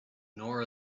nor